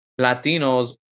latinos